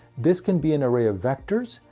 this can be an array of vectors,